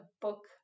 book